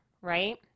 right